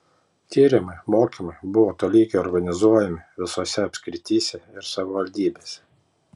tyrimai mokymai buvo tolygiai organizuojami visose apskrityse ir savivaldybėse